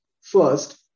First